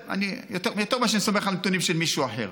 יותר ממה שאני סומך על הנתונים של מישהו אחר,